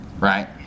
right